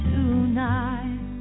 Tonight